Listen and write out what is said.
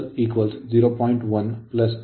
1 7